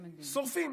שורפים.